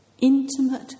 Intimate